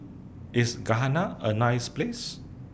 IS Ghana A nice Place